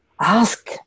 ask